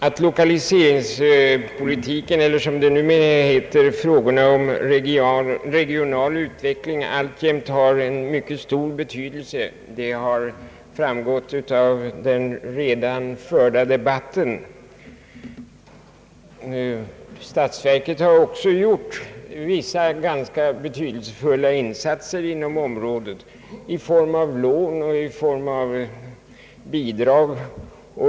Att lokaliseringspolitiken, eller som det numera heter frågorna om regional utveckling, alltjämt har mycket stor betydelse, det har framgått av den redan förda debatten. Statsverket har också gjort vissa ganska betydelsefulla insatser på området i form av lån och bidrag.